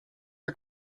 are